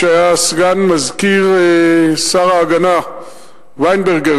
שהיה סגן מזכיר שר ההגנה ויינברגר,